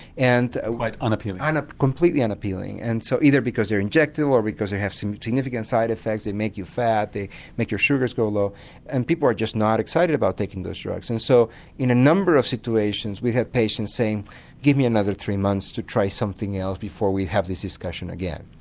and ah unappealing? and completely unappealing and so either because they are injected or because they have significant significant side effects, they make you fat, they make your sugars go low and people are just not excited about taking those drugs. and so in a number of situations we had patients saying give me another three months to try something else before we have this discussion again.